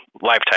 lifetime